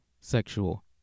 sexual